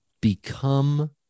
become